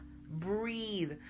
Breathe